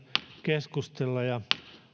keskustella